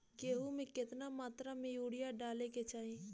गेहूँ में केतना मात्रा में यूरिया डाले के चाही?